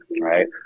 right